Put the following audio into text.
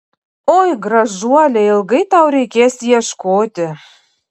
oi gražuole ilgai tau reikės ieškoti